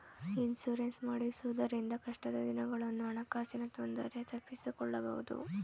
insurance ಮಾಡಿಸುವುದರಿಂದ ಕಷ್ಟದ ದಿನಗಳನ್ನು ಹಣಕಾಸಿನ ತೊಂದರೆ ತಪ್ಪಿಸಿಕೊಳ್ಳಬಹುದು